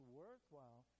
worthwhile